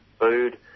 food